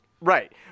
Right